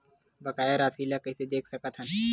बकाया राशि ला कइसे देख सकत हान?